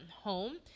home